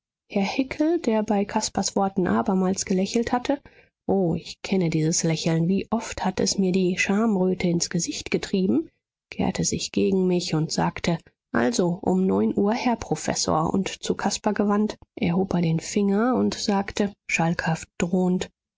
herr hickel der bei caspars worten abermals gelächelt hatte o ich kenne dieses lächeln wie oft hat es mir die schamröte ins gesicht getrieben kehrte sich gegen mich und sagte also um neun uhr herr professor und zu caspar gewandt erhob er den finger und sagte schalkhaft drohend